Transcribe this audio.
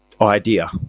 idea